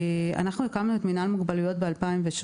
אנחנו הקמנו את מנהל מוגבלויות ב-2017,